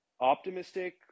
optimistic